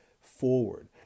forward